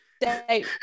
date